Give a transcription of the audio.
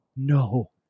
No